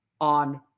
on